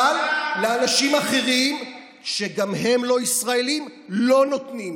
אבל לאנשים אחרים, שגם הם לא ישראלים, לא נותנים?